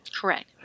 Correct